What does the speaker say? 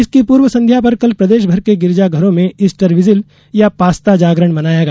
इसकी पूर्व संध्या पर कल प्रदेशभर के गिरजाघरों में ईस्टर विजिल या पास्ता जागरण मनाया गया